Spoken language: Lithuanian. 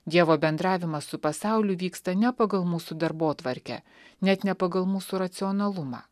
dievo bendravimas su pasauliu vyksta ne pagal mūsų darbotvarkę net ne pagal mūsų racionalumą